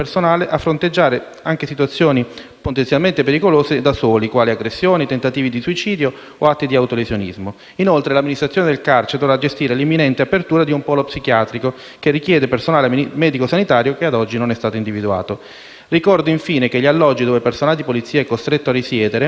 potenzialmente pericolose, quali aggressioni, tentativi di suicidio o atti di autolesionismo. Inoltre, l'amministrazione dovrà gestire l'imminente apertura di un polo psichiatrico, richiedente personale medico-sanitario ad oggi non individuato. Ricordo, infine, che gli alloggi dove il personale di polizia è costretto a risiedere, in quanto la maggior parte è fuori sede,